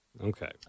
Okay